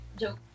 Joke